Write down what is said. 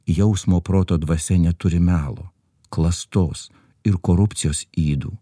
jausmo proto dvasia neturi melo klastos ir korupcijos ydų